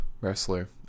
wrestler